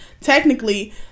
technically